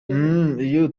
iyo